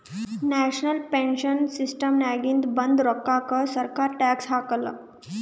national pension ಸಿಸ್ಟಮ್ನಾಗಿಂದ ಬಂದ್ ರೋಕ್ಕಾಕ ಸರ್ಕಾರ ಟ್ಯಾಕ್ಸ್ ಹಾಕಾಲ್